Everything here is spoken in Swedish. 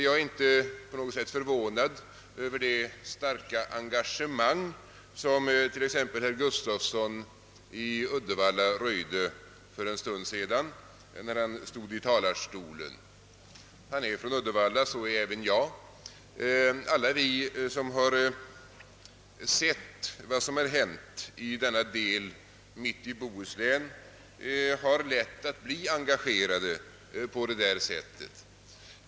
Jag är inte på något sätt förvånad över det starka engagemang som t.ex. herr Gustafsson i Uddevalla röjde för en stund sedan, när han stod i talarstolen. Han är från Uddevalla. Så är även jag. Alla vi som sett vad som hänt i denna bygd mitt i Bohuslän har lätt att bli engagerade på det sättet.